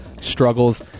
struggles